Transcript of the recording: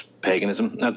paganism